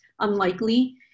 unlikely